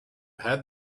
had